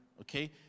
Okay